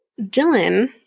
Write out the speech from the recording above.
Dylan